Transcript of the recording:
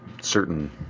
certain